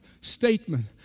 statement